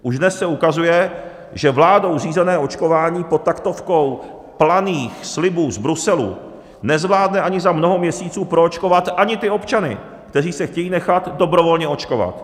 Už dnes se ukazuje, že vládou řízené očkování pod taktovkou planých slibů z Bruselu nezvládne ani za mnoho měsíců proočkovat ani ty občany, kteří se chtějí nechat dobrovolně očkovat.